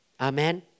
Amen